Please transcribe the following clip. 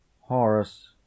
Horus